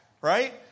Right